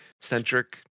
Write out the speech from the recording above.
centric